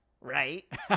right